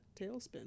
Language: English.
tailspin